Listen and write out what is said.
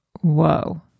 Whoa